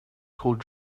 called